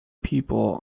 people